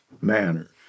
manner